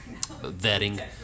vetting